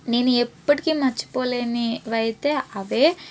నేను ఎప్పటికీ మర్చిపోలేనివి అయితే అవే